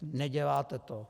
Neděláte to.